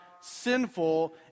sinful